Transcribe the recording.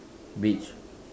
beach